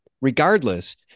regardless